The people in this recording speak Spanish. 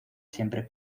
siempre